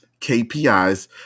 KPIs